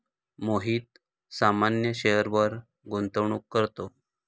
मोहित सामान्य शेअरवर गुंतवणूक करतो